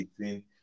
18